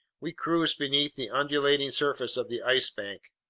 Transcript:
we cruised beneath the undulating surface of the ice bank.